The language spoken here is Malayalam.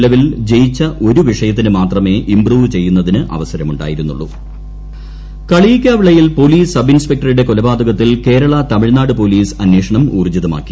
നിലവിൽ ജയിച്ചു ഒരു വിഷയത്തിനു മാത്രിമേ ഇംപ്രൂവ് ചെയ്യുന്നതിന് അവസരമുണ്ടായിരുന്നുള്ളൂ കളിയിക്കാവിള അന്വേഷണം കളിയിക്കാവിളയിൽ പോലീസ് സബ് ഇൻസ്പെക്ടറുടെ കൊലപാതകത്തിൽ കേരള തമിഴ്നാട് പോലീസ് അന്വേഷണം ഊർജിതമാക്കി